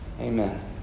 Amen